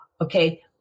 Okay